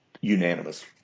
unanimous